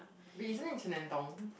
wait isn't it Chen-Nen-Tong